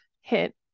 hit